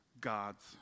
God's